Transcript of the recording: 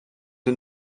the